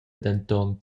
denton